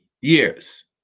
years